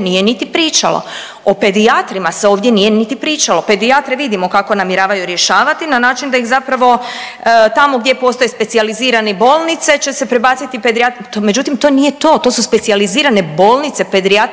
nije niti pričalo. O pedijatrima se ovdje nije niti pričalo. Pedijatre vidimo kako namjeravaju rješavati na način da ih zapravo tamo gdje postoje specijalizirane bolnice će se prebaciti pedijatri, to međutim, to nije to, to su specijalizirane bolnice,